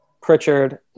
Pritchard